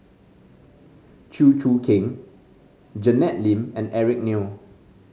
Chew Choo Keng Janet Lim and Eric Neo